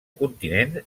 continent